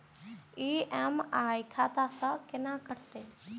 EMI खाता से केना कटते?